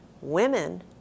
Women